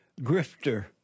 grifter